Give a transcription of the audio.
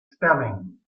spelling